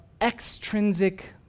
extrinsic